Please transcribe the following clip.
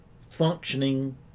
functioning